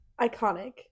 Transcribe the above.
iconic